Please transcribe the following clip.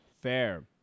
Fair